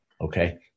Okay